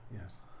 yes